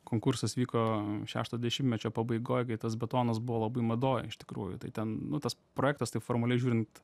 konkursas vyko šešto dešimtmečio pabaigoj kai tas batonas buvo labai madoj iš tikrųjų tai ten nu tas projektas taip formaliai žiūrint